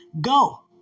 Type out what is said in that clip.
Go